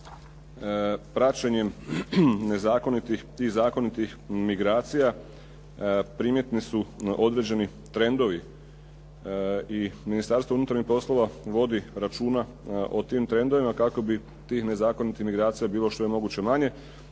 praćenjem zakonitih i nezakonitih migracija primjetni su određeni trendovi. I Ministarstvo unutarnjih poslova vodi računa o tim trendovima kako bi tih nezakonitih migracija bilo što je moguće manje,